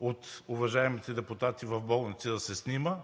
от уважаемите депутати в болница да се снима,